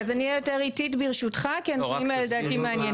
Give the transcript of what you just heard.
אז אני אהיה יותר איטית ברשותך כי הנתונים האלה לדעתי מעניינים.